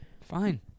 Fine